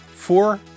Four